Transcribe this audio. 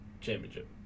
championship